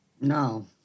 No